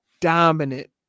dominant